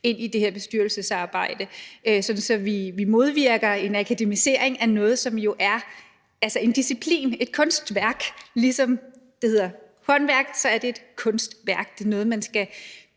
ind i det her bestyrelsesarbejde, så vi modvirker en akademisering af noget, som jo er en disciplin, et kunstværk – ligesom det hedder et håndværk, så er det et kunstværk; det er noget, man skal